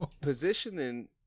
Positioning